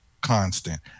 constant